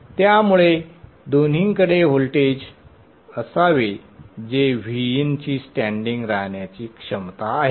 त्यामुळे दोन्हीकडे व्होल्टेज असावे जे Vin ची स्टँडिंग राहण्याची क्षमता आहे